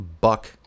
buck